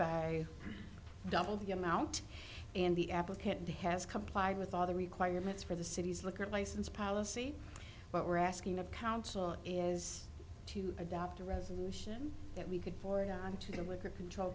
by double the amount in the applicant has complied with all the requirements for the city's liquor license policy what we're asking of council is to adopt a resolution that we could for him to the liquor control